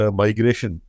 migration